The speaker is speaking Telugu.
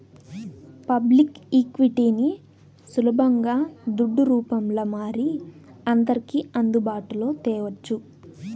పబ్లిక్ ఈక్విటీని సులబంగా దుడ్డు రూపంల మారి అందర్కి అందుబాటులో తేవచ్చు